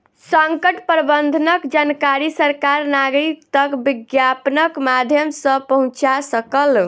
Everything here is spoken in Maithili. संकट प्रबंधनक जानकारी सरकार नागरिक तक विज्ञापनक माध्यम सॅ पहुंचा सकल